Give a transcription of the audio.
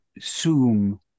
Zoom